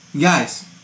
guys